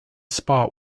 spot